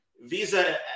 Visa